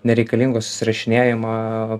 nereikalingo susirašinėjimo